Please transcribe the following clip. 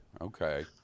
okay